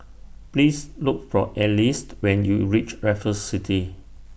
Please Look For Alize when YOU REACH Raffles City